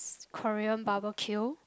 Korean barbeque